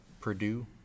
Purdue